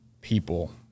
people